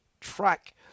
track